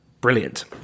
brilliant